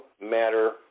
matter